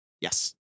Yes